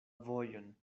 vojon